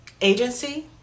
agency